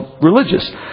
religious